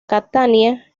catania